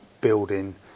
building